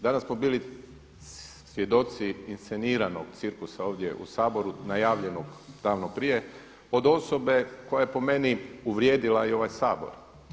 Danas smo bili svjedoci isceniranog cirkusa ovdje u saboru najavljenog davno prije od osobe koja je po meni uvrijedila i ovaj Sabor.